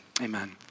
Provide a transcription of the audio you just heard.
Amen